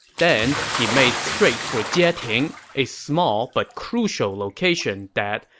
then he made straight for jieting, a small but crucial location that,